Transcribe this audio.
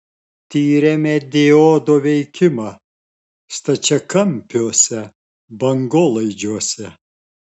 tyrėme diodo veikimą stačiakampiuose bangolaidžiuose